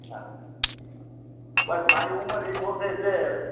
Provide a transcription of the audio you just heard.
હા બસ મારી ઉંમર અઠ્ઠોતેર છે